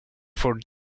for